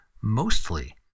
mostly